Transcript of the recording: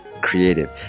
creative